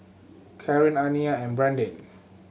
Karen Aniya and Brandin